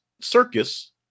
Circus